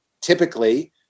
typically